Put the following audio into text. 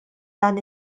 dan